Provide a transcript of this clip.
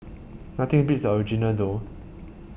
nothing beats the original though